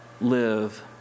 live